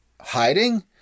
hiding